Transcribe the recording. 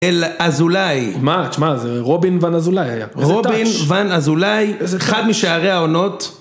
אל אזולאי. מה? תשמע, זה רובין ון אזולאי היה. רובין ון אזולאי, אחד משערי העונות...